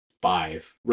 five